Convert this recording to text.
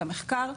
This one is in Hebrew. במחקר.